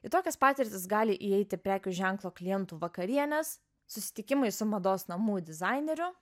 į tokias patirtis gali įeiti prekių ženklo klientų vakarienės susitikimai su mados namų dizaineriu